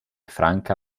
franca